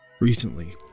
Recently